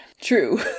True